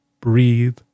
breathe